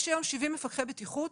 יש כיום 70 מפקחי בטיחות,